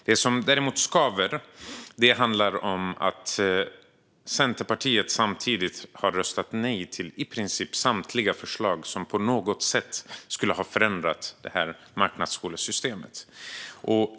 Det som däremot skaver handlar om att Centerpartiet samtidigt har röstat nej till i princip samtliga förslag som på något sätt skulle ha förändrat det här marknadsskolesystemet.